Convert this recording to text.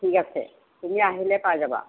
ঠিক আছে তুমি আহিলে পাই যাবা